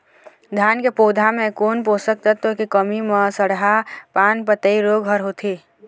धान के पौधा मे कोन पोषक तत्व के कमी म सड़हा पान पतई रोग हर होथे?